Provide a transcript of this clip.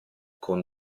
con